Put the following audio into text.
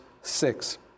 six